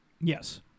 Yes